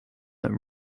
that